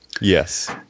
Yes